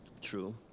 true